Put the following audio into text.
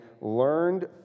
learned